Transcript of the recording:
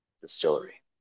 distillery